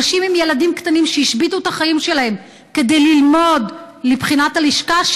אנשים עם ילדים קטנים שהשביתו את החיים שלהם כדי ללמוד לבחינת הלשכה,